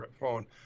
phone